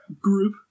Group